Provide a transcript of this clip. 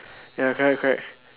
ya correct correct